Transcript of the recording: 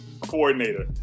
coordinator